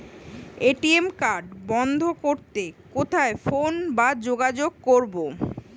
ATM card বন্ধ করতে কোথায় ফোন বা যোগাযোগ করব?